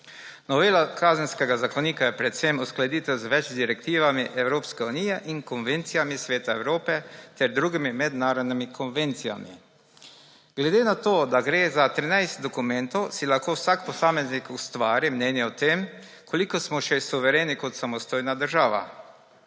Novela Kazenskega zakonika je predvsem uskladitev z več direktivami Evropske unije in konvencijami Sveta Evrope ter drugimi mednarodnimi konvencijami. Glede na to, da gre za 13 dokumentov, si lahko vsak posameznik ustvari mnenje o tem, koliko smo še suvereni kot samostojna država.